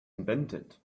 invented